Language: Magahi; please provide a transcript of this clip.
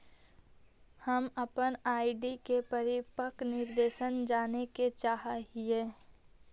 हम अपन आर.डी के परिपक्वता निर्देश जाने के चाह ही